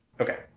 Okay